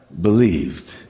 believed